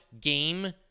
game